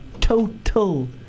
total